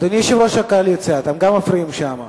אדוני יושב-ראש הקואליציה, אתם גם מפריעים שם.